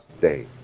day